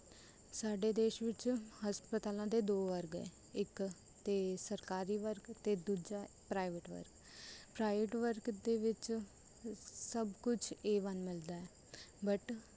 ਸਾਡੇ ਦੇਸ਼ ਵਿੱਚ ਹਸਪਤਾਲਾਂ ਦੇ ਦੋ ਵਰਗ ਹੈ ਇੱਕ ਤਾਂ ਸਰਕਾਰੀ ਵਰਗ ਅਤੇ ਦੂਜਾ ਪ੍ਰਾਈਵੇਟ ਵਰਗ ਪ੍ਰਾਈਵੇਟ ਵਰਗ ਦੇ ਵਿੱਚ ਸਭ ਕੁਛ ਏ ਵੰਨ ਮਿਲਦਾ ਹੈ ਬਟ